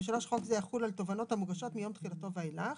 --- חוק זה יחול על תובנות המוגשות מיום תחילתו ואילך..".